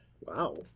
Wow